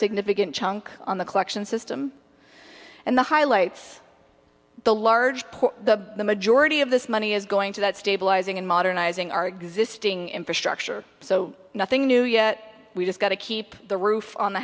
significant chunk on the collection system and the highlights the large pool the majority of this money is going to that stabilizing and modernizing our existing infrastructure so nothing new yet we just got to keep the roof on the